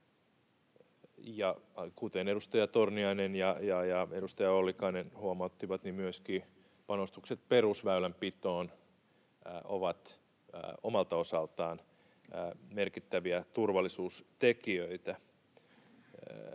kuten edustaja Torniainen ja edustaja Ollikainen huomauttivat, niin myöskin panostukset perusväylänpitoon ovat omalta osaltaan merkittäviä turvallisuustekijöitä,